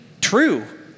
true